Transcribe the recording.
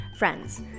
Friends